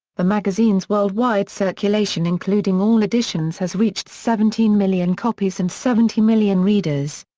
the magazine's worldwide circulation including all editions has reached seventeen million copies and seventy million readers.